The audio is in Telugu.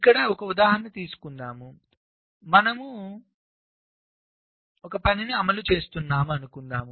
ఇక్కడ ఒక ఉదాహరణ తీసుకుందాం మనం ఒక పనిని అమలు చేస్తున్నాం అనుకుందాం